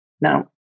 No